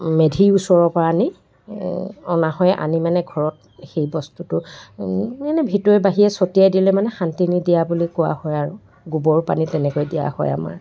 মেধি ওচৰৰ পৰা আনি অনা হয় আনি মানে ঘৰত সেই বস্তুটো এনে ভিতৰে বাহিৰে ছটিয়াই দিলে মানে শান্তিনী দিয়া বুলি কোৱা হয় আৰু গোবৰ পানী তেনেকৈ দিয়া হয় আমাৰ